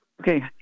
Okay